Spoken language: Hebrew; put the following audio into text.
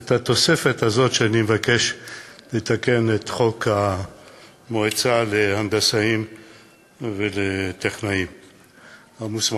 את התוספת הזאת שאני מבקש בתיקון של חוק ההנדסאים והטכנאים המוסמכים,